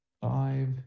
five